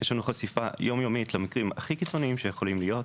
יש לנו חשיפה יומיומית למקרים הכי קיצוניים שיכולים להיות,